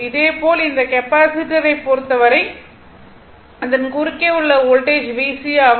இதேபோல் இந்த கெப்பாசிட்டரை பொறுத்தவரை அதன் குறுக்கே உள்ள வோல்டேஜ் VC ஆகும்